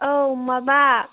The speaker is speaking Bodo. औ माबा